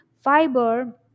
Fiber